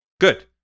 good